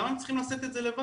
למה הם צריכים לשאת את זה לבד?